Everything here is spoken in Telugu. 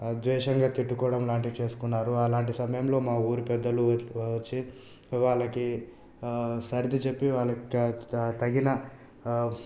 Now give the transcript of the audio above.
ద్వేషంగా తిట్టుకోవడం లాంటివి చేసుకున్నారు అలాంటి సమయంలో మా ఊరి పెద్దలు వచ్చి వాళ్లకి సర్ది చెప్పి వాళ్లకు తగిన